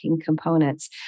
components